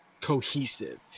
cohesive